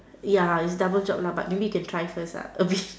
ya it's double job lah but maybe you can try first lah a bit